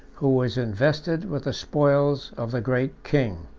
who was invested with the spoils of the great king.